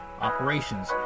operations